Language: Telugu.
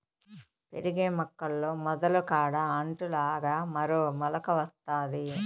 పెరిగే మొక్కల్లో మొదలు కాడ అంటు లాగా మరో మొలక వత్తాది